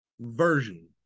Version